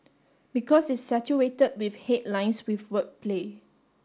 because it's saturated with headlines with wordplay